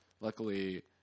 Luckily